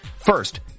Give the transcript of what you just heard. First